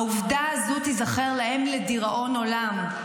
העובדה הזאת תיזכר להם לדיראון עולם.